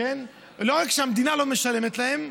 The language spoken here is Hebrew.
לא רק שהמדינה לא משלמת להם,